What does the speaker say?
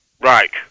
Right